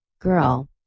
Girl